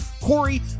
Corey